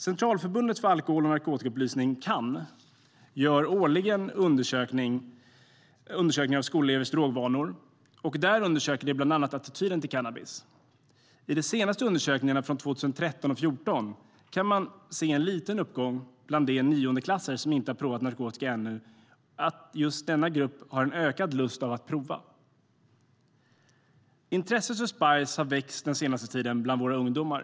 Centralförbundet för alkohol och narkotikaupplysning, CAN, gör årligen undersökningar av skolelevers drogvanor. De undersöker bland annat attityden till cannabis. I de senaste undersökningarna från 2013 och 2014 kan man se en liten uppgång bland de niondeklassare som ännu inte provat narkotika; just denna grupp har en ökad lust att prova. Intresset för spice har växt den senaste tiden bland våra ungdomar.